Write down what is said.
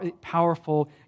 powerful